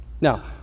now